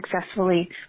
successfully